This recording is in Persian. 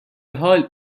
حال